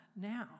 now